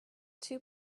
two